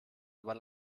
aber